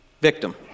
victim